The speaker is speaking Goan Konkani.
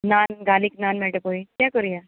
नान गार्लीक नान मेळटा पळय तें करया